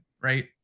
right